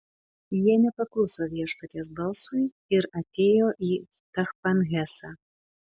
jie nepakluso viešpaties balsui ir atėjo į tachpanhesą